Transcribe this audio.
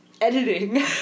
editing